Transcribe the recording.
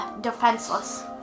defenseless